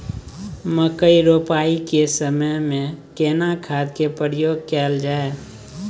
मकई रोपाई के समय में केना खाद के प्रयोग कैल जाय?